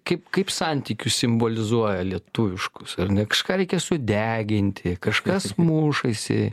kaip kaip santykius simbolizuoja lietuviškus ar ne kažką reikia sudeginti kažkas mušasi